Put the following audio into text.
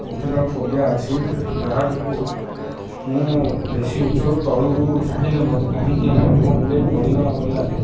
ଉଚ୍ଚତାକୁ ଫୋବିଆ ଅଛି ଯାହା ଯୋଗୁଁ ମୁଁ ବେଶୀ ଉଚ୍ଚରୁ ତଳକୁ ଚାହିଁଲେ ମୋତେ କାହିଁକି ମୁଣ୍ଡ ବୁଲେଇ ପଡ଼ିଗଲା ଭଳିଆ ଲାଗେ